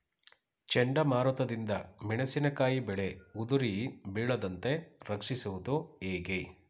ಚಂಡಮಾರುತ ದಿಂದ ಮೆಣಸಿನಕಾಯಿ ಬೆಳೆ ಉದುರಿ ಬೀಳದಂತೆ ರಕ್ಷಿಸುವುದು ಹೇಗೆ?